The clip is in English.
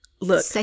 Look